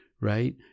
Right